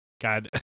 God